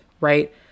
right